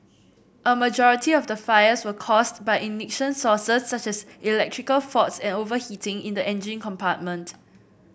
a majority of the fires were caused by ignition sources such as electrical faults and overheating in the engine compartment